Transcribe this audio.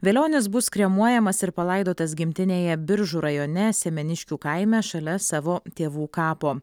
velionis bus kremuojamas ir palaidotas gimtinėje biržų rajone semeniškių kaime šalia savo tėvų kapo